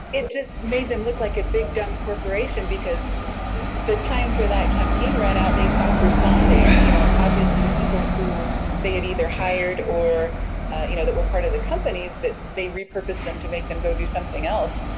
it just made them look like a big dumb corporation because the time for that campaign ran out, they stopped responding y'know, you know obviously the people who they had either hired or you know that were part of the company that they repurposed them to make them go do something else,